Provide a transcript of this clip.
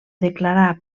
declarar